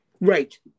Right